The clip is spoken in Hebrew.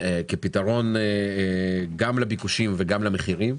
כפתרון גם לביקושים וגם למחירים.